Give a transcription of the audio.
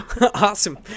Awesome